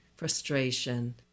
frustration